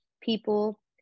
people